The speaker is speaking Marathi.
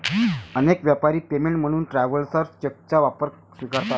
अनेक व्यापारी पेमेंट म्हणून ट्रॅव्हलर्स चेकचा वापर स्वीकारतात